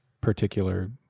particular